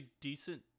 decent